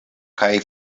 kaj